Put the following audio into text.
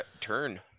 turn